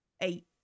eight